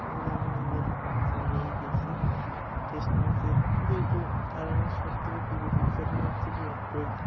ওগুলো আমি নিজের ফোনে চালিয়েই দেখি টেস্ট ম্যাচে যেহেতু আর আমি সবথেকে প্রিয় ক্রিকেটার হচ্ছে বিরাট কোহলি